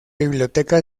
biblioteca